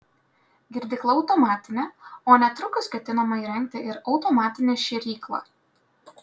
girdykla automatinė o netrukus ketinama įrengti ir automatinę šėryklą